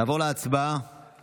נעבור להצבעה